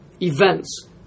events